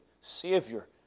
Savior